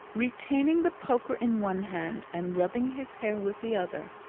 retaining the poker in one hand and rubbing his hair with the other,